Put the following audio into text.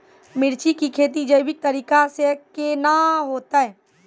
मिर्ची की खेती जैविक तरीका से के ना होते?